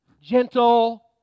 gentle